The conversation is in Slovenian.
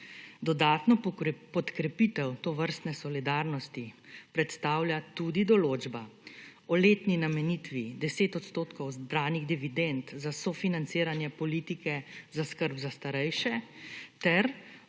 Dodatno podkrepitev tovrstne solidarnosti predstavlja tudi določba o letni namenitvi 10 % zbranih dividend za sofinanciranje politike za skrb za starejše ter